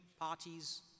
parties